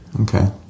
Okay